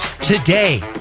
today